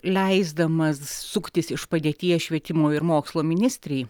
leisdamas suktis iš padėties švietimo ir mokslo ministrei